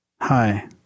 Hi